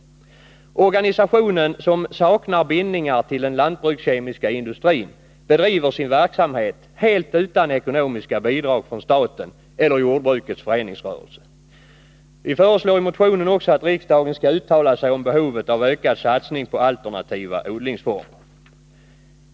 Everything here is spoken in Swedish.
Organisationen, som saknar bindningar till den lantbrukskemiska industrin, bedriver sin verksamhet helt utan ekonomiska bidrag från staten eller jordbrukets föreningsrörelse. Vi föreslår i motionen också att riksdagen skall uttala sig om behovet av ökad satsning på alternativa odlingsformer.